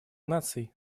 наций